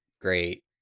great